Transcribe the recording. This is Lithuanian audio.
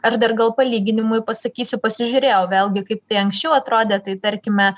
aš dar gal palyginimui pasakysiu pasižiūrėjau vėlgi kaip tai anksčiau atrodė tai tarkime